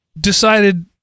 decided